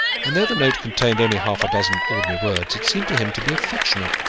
and though the note contained only half-a-dozen ordinary words, it seemed to him to be affectionate,